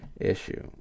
issue